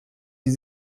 die